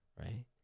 Right